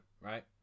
right